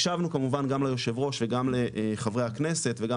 הקשבנו כמובן גם ליושב ראש וגם לחברי הכנסת וגם